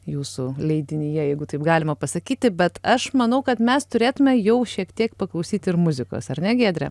jūsų leidinyje jeigu taip galima pasakyti bet aš manau kad mes turėtume jau šiek tiek paklausyti ir muzikos ar ne giedre